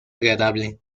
agradable